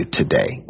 today